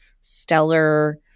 stellar